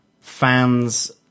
fans